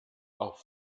auf